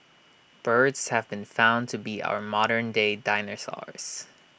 birds have been found to be our modern day dinosaurs